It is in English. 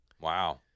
Wow